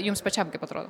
jums pačiam kaip atrodo